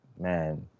man